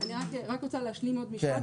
אני רק רוצה להשלים עוד משפט.